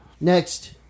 next